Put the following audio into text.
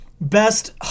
Best